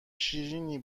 شیریننی